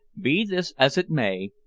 be this as it may,